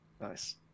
nice